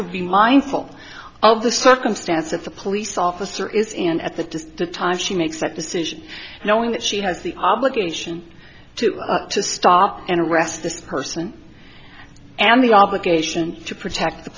to be mindful of the circumstance of the police officer is in at the time she makes that decision knowing that she has the obligation to stop and arrest this person and the obligation to protect the